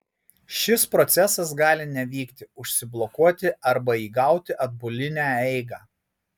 šis procesas gali nevykti užsiblokuoti arba įgauti atbulinę eigą